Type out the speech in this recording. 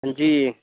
हां जी